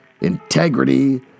integrity